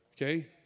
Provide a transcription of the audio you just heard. Okay